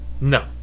No